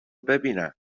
ببینم